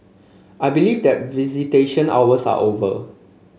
I believe that visitation hours are over